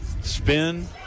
Spin